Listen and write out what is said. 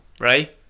Right